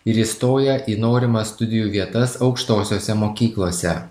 ir įstoja į norimas studijų vietas aukštosiose mokyklose